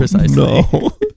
no